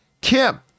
Kim